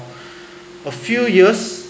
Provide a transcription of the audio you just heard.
a few years